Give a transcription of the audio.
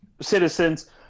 citizens